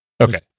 Okay